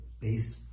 based